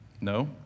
No